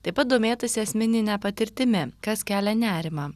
taip pat domėtasi asmenine patirtimi kas kelia nerimą